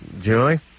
Julie